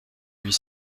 huit